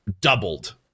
doubled